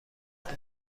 خاطر